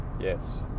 yes